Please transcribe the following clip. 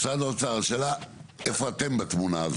משרד האוצר, השאלה היא איפה אתם בתמונה הזאת?